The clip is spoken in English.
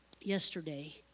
yesterday